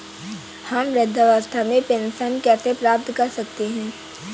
हम वृद्धावस्था पेंशन कैसे प्राप्त कर सकते हैं?